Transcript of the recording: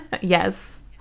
Yes